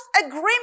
agreement